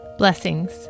Blessings